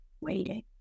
waiting